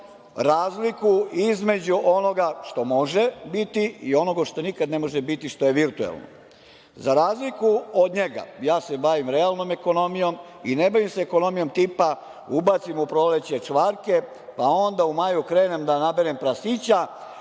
razliku između onoga što može biti i onoga što nikada ne može biti, što je virtuelno.Za razliku od njega, ja se bavim realnom ekonomijom i ne bavim se ekonomijom tipa ubacim u proleće čvarke, pa onda u maju krenem da naberem prasića,